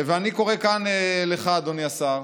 ואני קורא כאן לך, אדוני השר: